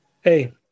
hey